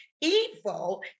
evil